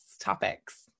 topics